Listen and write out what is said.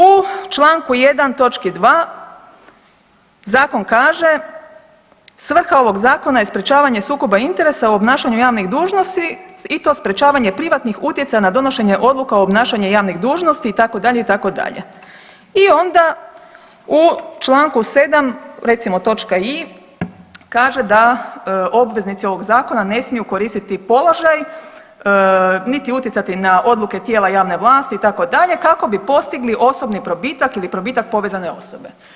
U čl. 1. točki 2. zakon kaže „Svrha ovog zakona je sprječavanje sukoba interesa u obnašanju javnih dužnosti i to sprječavanje privatnih utjecaja na donošenje odluka u obnašanju javnih dužnosti“ itd., itd. i onda u čl. 7. recimo točka i) kaže da obveznici ovog zakona ne smiju koristiti položaj niti utjecati na odluke tijela javne vlasti itd. kako bi postigli osobni probitak ili probitak povezane osobe.